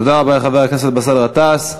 תודה לחבר הכנסת באסל גטאס.